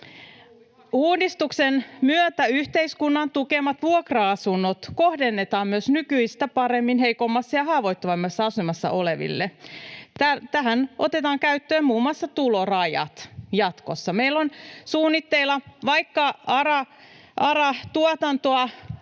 Uudistuksen myötä yhteiskunnan tukemat vuokra-asunnot kohdennetaan myös nykyistä paremmin heikommassa ja haavoittuvammassa asemassa oleville. Tähän otetaan käyttöön muun muassa tulorajat jatkossa. Meillä on suunnitteilla, että vaikka ARA-tuotanto